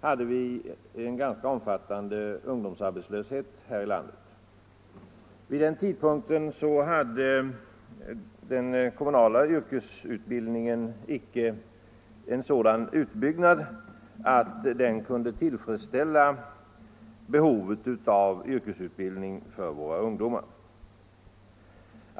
hade vi en ganska omfattande ungdomsarbetslöshet här i landet. Vid den tidpunkten hade den kommunala yrkesutbildningen icke fått en sådan utbyggnad att den kunde tillfredsställa behovet av yrkesutbildning för våra ungdomar.